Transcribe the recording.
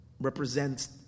represents